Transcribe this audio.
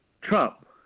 Trump